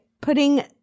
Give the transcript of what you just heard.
putting